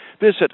Visit